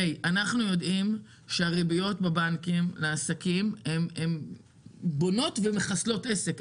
אנחנו יודעים שהריביות בבנקים לעסקים הן בונות ומחסלות עסק.